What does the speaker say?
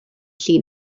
llun